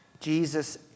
Jesus